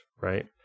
right